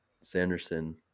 Sanderson